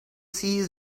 see